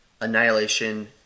Annihilation